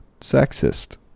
sexist